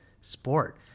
sport